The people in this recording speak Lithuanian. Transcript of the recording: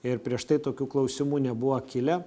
ir prieš tai tokių klausimų nebuvo kilę